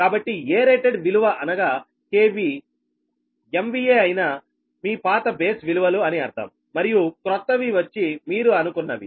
కాబట్టి ఏ రేటెడ్ విలువ అనగా KVMVA అయినా మీ పాత బేస్ విలువలు అని అర్థం మరియు క్రొత్తవి వచ్చి మీరు అనుకున్నవి